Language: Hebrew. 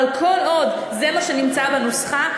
אבל כל עוד זה מה שנמצא בנוסחה,